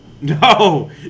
No